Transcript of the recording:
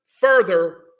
further